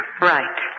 Right